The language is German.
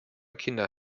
kinder